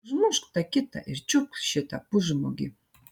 užmušk tą kitą ir čiupk šitą pusžmogį